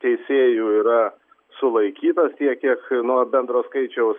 teisėjų yra sulaikytas tiek kiek nuo bendro skaičiaus